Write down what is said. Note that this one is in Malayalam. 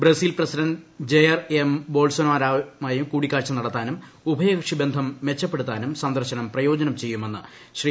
ബ്രസീൽ പ്രസിഡന്റ് ജയർ എം ബോൾസൊനാരെയുമായി കൂടിക്കാഴ്ച നടത്താനും ഉഭയകക്ഷി ബന്ധം മെച്ചപ്പെടുത്താനും സന്ദർശനം പ്രയോജനം ചെയ്യുമെന്ന് ശ്രീ